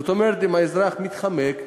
זאת אומרת, אם האזרח מתחמק,